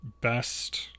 best